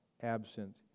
absent